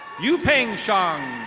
yu pang shong.